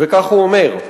וכך הוא אומר: